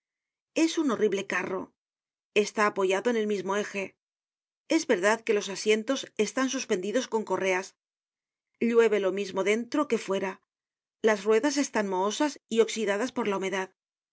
es un horrible carro está apoyado en el mismo eje es verdad que los asientos están suspendidos con correas llueve lo mismo dentro que fuera las ruedas están mohosas y oxidadas por la humedad no